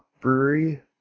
Brewery